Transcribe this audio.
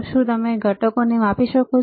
શું તમે ઘટકોને માપી શકો છો